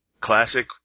Classic